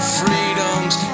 freedoms